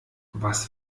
was